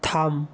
থাম